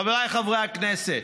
חבריי חברי הכנסת,